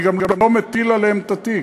אני גם לא מפיל עליהם את התיק,